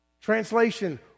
Translation